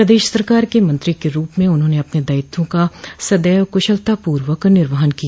प्रदेश सरकार के मंत्री के रूप में उन्होंने अपने दायित्वों का सदैव क्शलतापूर्वक निर्वहन किया